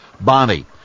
Bonnie